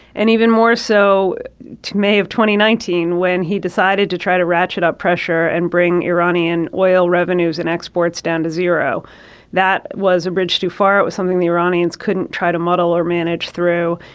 and even more so may of twenty nineteen when he decided to try to ratchet up pressure and bring iranian oil revenues and exports down to zero that was a bridge too far. it was something the iranians couldn't try to muddle or manage through.